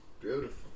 beautiful